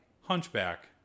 Hunchback